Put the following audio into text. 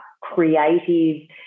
creative